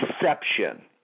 deception